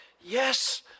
Yes